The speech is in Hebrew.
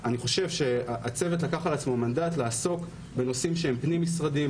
אני חושב שהצוות לקח לעצמו מנדט לעסוק בנושאים פנים משרדיים,